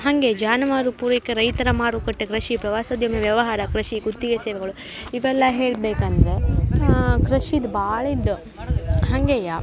ಹಾಗೆ ಜಾನುವಾರು ಪೂರೈಕೆ ರೈತರ ಮಾರುಕಟ್ಟೆ ಕೃಷಿ ಪ್ರವಾಸೋದ್ಯಮ ವ್ಯವಹಾರ ಕೃಷಿ ಗುತ್ತಿಗೆ ಸೇವೆಗಳು ಇವೆಲ್ಲ ಹೇಳಬೇಕಂದ್ರೆ ಕೃಷಿದು ಭಾಳ ಇದ್ದೋ ಹಂಗೆಯೇ